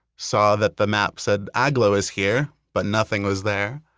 saw that the map said agloe is here, but nothing was there.